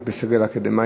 התרבות והספורט נתקבלה.